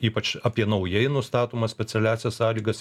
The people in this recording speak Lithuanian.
ypač apie naujai nustatomas specialiąsias sąlygas